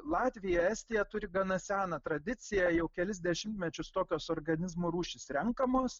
latvija estija turi gana seną tradiciją jau kelis dešimtmečius tokios organizmų rūšys renkamos